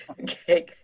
Okay